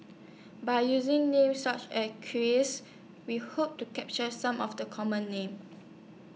By using Names such as Chris We Hope to capture Some of The Common Names